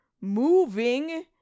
moving